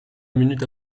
minute